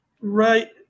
right